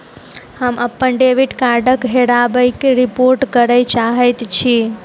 हम अप्पन डेबिट कार्डक हेराबयक रिपोर्ट करय चाहइत छि